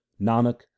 Nanak